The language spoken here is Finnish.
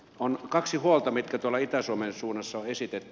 on kaksi huolta mitkä tuolla itä suomen suunnassa on esitetty